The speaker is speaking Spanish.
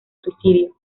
suicidio